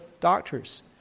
doctors